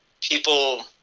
people